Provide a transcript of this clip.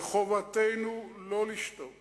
וחובתנו לא לשתוק